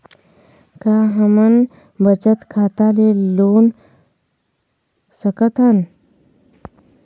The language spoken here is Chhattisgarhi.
का हमन बचत खाता ले लोन सकथन?